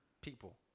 people